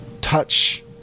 touch